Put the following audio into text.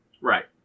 Right